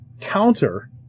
counter